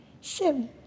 Sim